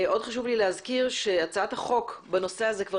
חשוב לי להזכיר שהצעת החוק בנושא זה כבר